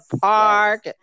park